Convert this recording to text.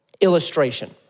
illustration